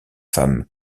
femme